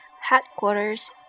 headquarters